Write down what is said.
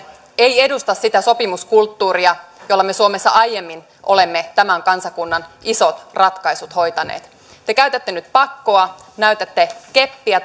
ei edusta sitä sopimuskulttuuria jolla me suomessa aiemmin olemme tämän kansakunnan isot ratkaisut hoitaneet te käytätte nyt pakkoa näytätte keppiä